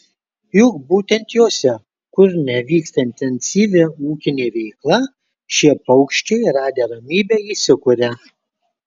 juk būtent jose kur nevyksta intensyvi ūkinė veikla šie paukščiai radę ramybę įsikuria